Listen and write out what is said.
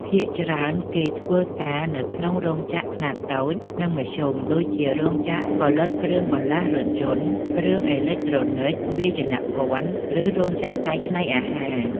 ភាគច្រើនគេធ្វើការនៅក្នុង រោងចក្រខ្នាតតូច និងមធ្យម ដូចជារោងចក្រផលិតគ្រឿងបន្លាស់រថយន្ត គ្រឿងអេឡិចត្រូនិក វាយនភ័ណ្ឌ ឬរោងចក្រកែច្នៃអាហារ ។